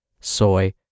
soy